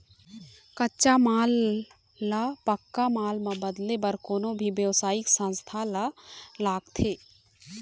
कच्चा माल ल पक्का माल म बदले बर कोनो भी बेवसायिक संस्था ल लागथे